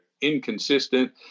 inconsistent